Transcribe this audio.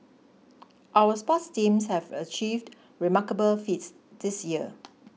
our sports teams have achieved remarkable feats this year